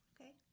Okay